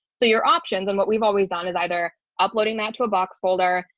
so your options and what we've always done is either uploading that to a box folder,